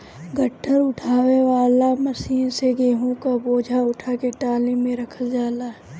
गट्ठर उठावे वाला मशीन से गेंहू क बोझा उठा के टाली में रखल जाला